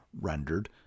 rendered